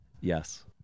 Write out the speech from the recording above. yes